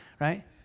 right